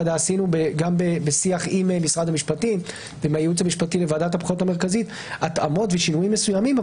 ברור שהכוונה היא לתעמולת בחירות שמפורסמת במדיה מסוימת.